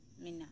ᱢᱮᱱᱟᱜᱼᱟ